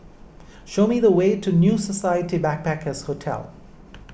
show me the way to New Society Backpackers' Hotel